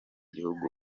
gihugu